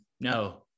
No